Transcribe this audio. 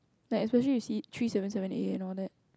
like especially we see three seven seven A all that